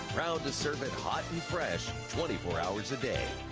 proud to serve it hot and fresh twenty four hours a day.